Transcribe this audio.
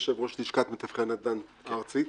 יושב-ראש לשכת מתווכי הנדל"ן הארצית.